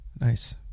Nice